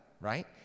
right